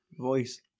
voice